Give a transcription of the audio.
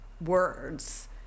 words